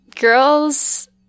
girls